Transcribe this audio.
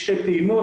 בשתי פעימות,